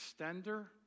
extender